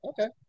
okay